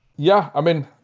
yeah. i mean,